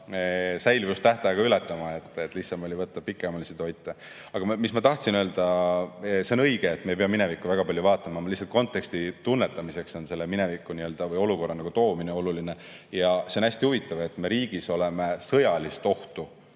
säilivustähtaega ületama. Lihtsam oli võtta pikemaajalisi toite. Aga mis ma tahtsin öelda? See on õige, et me ei peaks minevikku väga palju vaatama. Ma lihtsalt [arvan, et] konteksti tunnetamiseks on selle mineviku või selle olukorra toomine oluline. Ja see on hästi huvitav, et me riigis oleme sõjalist ohtu